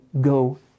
go